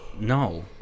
no